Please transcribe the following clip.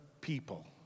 people